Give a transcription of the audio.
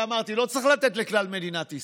שאמרתי: לא צריך לתת לכלל מדינת ישראל,